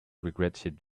regretted